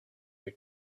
your